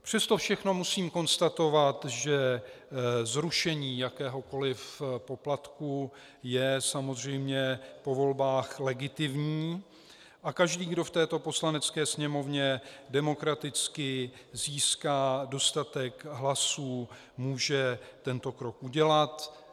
Přes to všechno musím konstatovat, že zrušení jakéhokoli poplatku je samozřejmě po volbách legitimní a každý, kdo v této Poslanecké sněmovně demokraticky získá dostatek hlasů, může tento krok udělat.